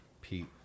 Pete